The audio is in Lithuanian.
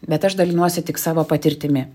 bet aš dalinuosi tik savo patirtimi